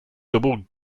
double